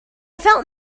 felt